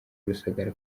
rusagara